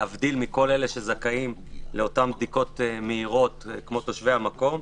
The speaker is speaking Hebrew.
להבדיל מכל אלה שזכאים לאותן בדיקות מהירות כמו תושבי המקום,